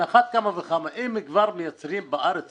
על אחת כמה וכמה, אם כבר מייצרים בארץ